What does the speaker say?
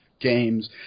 games